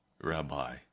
Rabbi